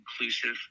inclusive